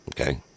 Okay